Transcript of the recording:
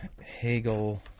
Hegel